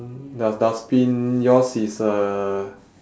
then the dustbin yours is uh